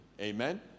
Amen